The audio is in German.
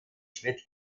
schritt